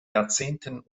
jahrzehnten